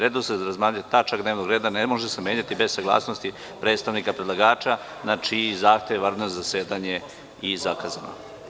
Redosled za razmatranje tačaka dnevnog reda ne može se menjati bez saglasnosti predstavnika predlagača na čiji zahtev vanredno zasedanje je i zakazano.